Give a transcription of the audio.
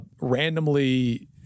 randomly